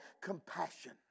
compassion